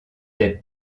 des